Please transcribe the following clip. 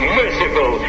merciful